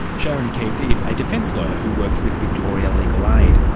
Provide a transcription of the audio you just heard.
sharon keith is a defence lawyer who works with victoria legal aid.